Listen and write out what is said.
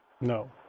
No